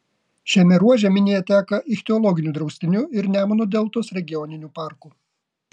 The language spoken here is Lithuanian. šiame ruože minija teka ichtiologiniu draustiniu ir nemuno deltos regioniniu parku